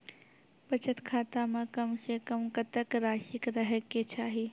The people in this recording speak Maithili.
बचत खाता म कम से कम कत्तेक रासि रहे के चाहि?